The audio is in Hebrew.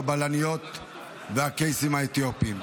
הבלניות והקייסים האתיופים.